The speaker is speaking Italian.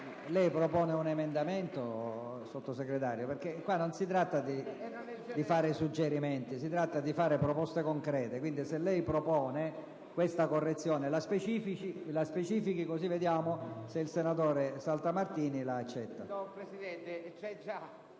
lei propone un emendamento? Qui non si tratta di dare suggerimenti, ma si tratta di fare proposte concrete: se lei propone questa correzione, lo specifichi, così vediamo se il senatore Saltamartini la accetta.